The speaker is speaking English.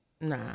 Nah